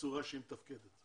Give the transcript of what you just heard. והצורה שהיא מתפקדת.